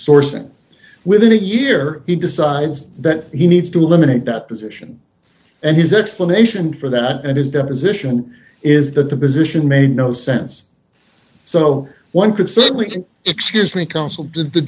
sourcing within a year he decides that he needs to eliminate that position and his explanation for that and his deposition is that the position made no sense so one could say that we can excuse me counseled the